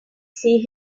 see